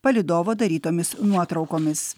palydovo darytomis nuotraukomis